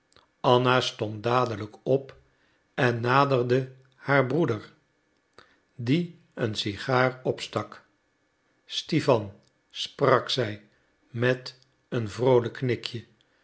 anna stond dadelijk op en naderde haar broeder die een sigaar opstak stiwan sprak zij met een vroolijk knikje